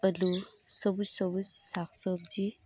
ᱟᱰᱤ ᱥᱚᱵᱩᱡᱽ ᱥᱚᱵᱩᱡᱽ ᱥᱟᱠ ᱥᱚᱵᱽᱡᱤ